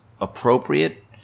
appropriate